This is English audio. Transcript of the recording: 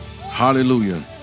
hallelujah